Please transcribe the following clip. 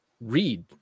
read